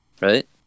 right